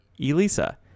Elisa